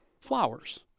Flowers